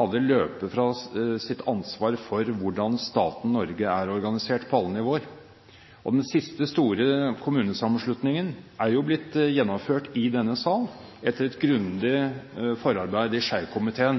aldri løpe fra sitt ansvar for hvordan staten Norge er organisert på alle nivåer. Den siste store kommunesammenslåingen har blitt gjennomført i denne sal, etter et grundig forarbeid i